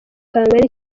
kangana